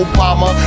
Obama